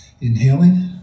inhaling